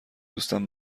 دوستم